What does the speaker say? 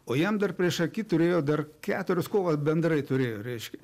o jam dar priešaky turėjo dar keturios kovos bendrai turėjo reiškia